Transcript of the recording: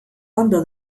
ondo